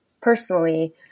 personally